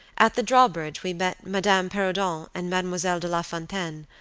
at the drawbridge we met madame perrodon and mademoiselle de lafontaine,